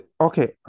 Okay